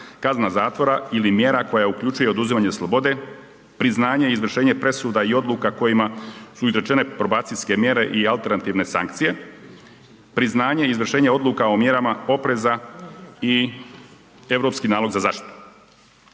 kazna zatvora ili mjera koja uključuje oduzimanje oslobode, priznanje i izvršenje presuda i odluka u kojima su izrečene probacijske mjere i alternativne sankcije, priznanje i izvršenje odluka o mjerama opreza i Europski nalog za zaštitu.